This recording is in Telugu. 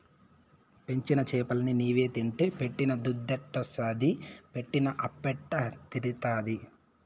పెంచిన చేపలన్ని నీవే తింటే పెట్టిన దుద్దెట్టొస్తాది పెట్టిన అప్పెట్ట తీరతాది